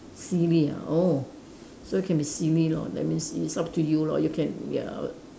silly ah oh so you can be silly lor that means it is up to you lor you can ya